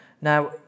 Now